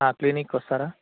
క్లినిక్కి వస్తారా